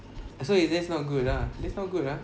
ah so it just not good lah that's not good ah